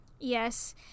yes